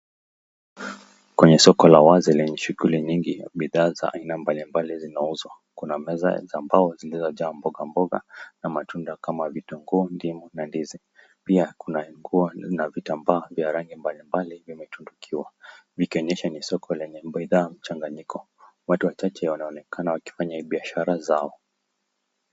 Kwenye soko la wazi lenye shughuli nyingi bidhaa za aina mbalimbali zinauzwa. Kuna meza za mbao zilizojaa mboga mboga na matunda kama vitunguu, ndimu na ndizi. Pia kuna nguo na vitambaa vya rangi mbalimbali vimetundikiwa vikionyesha ni soko lenye bidhaa mchanganyiko. Watu wachache wanaonekana wakifanya biashara zao.